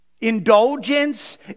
indulgence